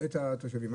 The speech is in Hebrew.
את התושבים.